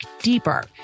deeper